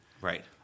Right